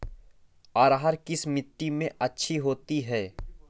अरहर किस मिट्टी में अच्छी होती है?